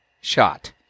shot